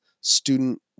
student